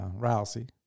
Rousey